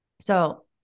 So-